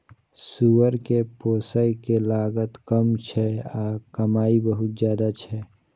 सुअर कें पोसय के लागत कम छै आ कमाइ बहुत ज्यादा छै